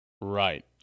right